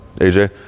Aj